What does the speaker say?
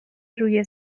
روی